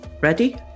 ready